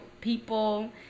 people